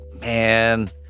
man